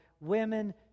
women